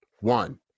one